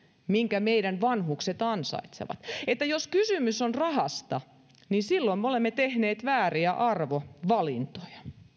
minkä meidän vanhuksemme ansaitsevat että jos kysymys on rahasta niin silloin me olemme tehneet vääriä arvovalintoja